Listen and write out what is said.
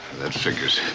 that figures.